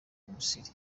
misiri